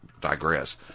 digress